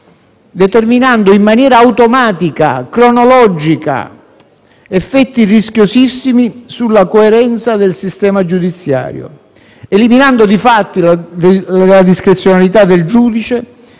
determinando in maniera automatica e cronologica effetti rischiosissimi sulla coerenza del sistema giudiziario, eliminando la discrezionalità del giudice